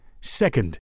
Second